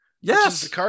Yes